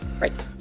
right